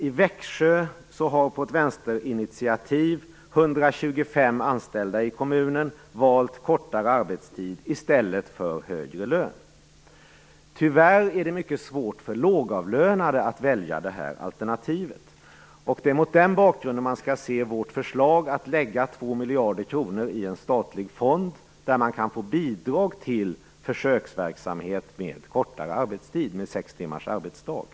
I Växjö har efter ett vänsterinitiativ 125 anställda i kommunen valt kortare arbetstid i stället för högre lön. Tyvärr är det mycket svårt för lågavlönade att välja det här alternativet, och det är mot den bakgrunden man skall se vårt förslag att lägga 2 miljarder kronor i en statlig fond där man kan få bidrag till försöksverksamhet med kortare arbetstid, sex timmars arbetsdag.